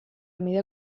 mida